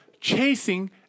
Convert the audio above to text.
chasing